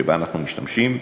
שבה אנחנו משתמשים,